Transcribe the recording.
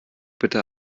bitte